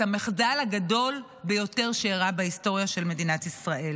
המחדל הגדול שאירע בהיסטוריה של מדינת ישראל.